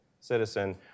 citizen